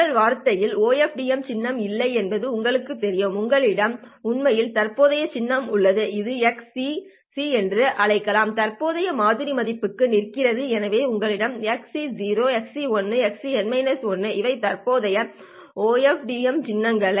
உங்களிடம் வார்த்தையில் OFDM சின்னம் இல்லை என்பது உங்களுக்குத் தெரியும் உங்களிடம் உண்மையில் தற்போதைய சின்னம் உள்ளது இதை xc c என்று அழைக்கலாம் தற்போதைய மாதிரி மதிப்புக்கு நிற்கிறது எனவே உங்களிடம் xc xc xc இவை தற்போதைய ODFM சின்னங்கள்